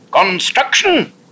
Construction